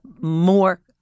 more